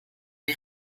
die